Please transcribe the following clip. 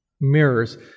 Mirrors